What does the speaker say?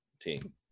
team